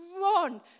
run